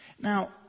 Now